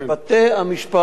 ודאי.